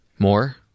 More